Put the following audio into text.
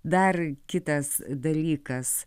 dar kitas dalykas